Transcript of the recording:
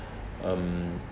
um